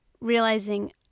realizing